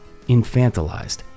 infantilized